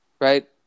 right